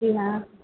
जी हाँ